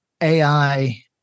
AI